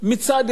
מצד אחד